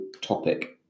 topic